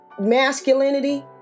masculinity